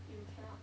you cannot